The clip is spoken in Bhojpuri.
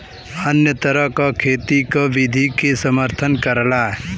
अन्य तरह क खेती क विधि के समर्थन करला